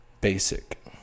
basic